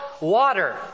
water